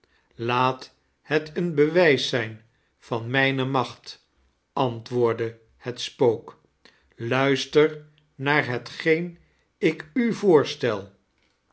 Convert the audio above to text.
laat het een bewijs zijn van mijne macht antwoordde het spook luistor naar hetgeen ik u voorstel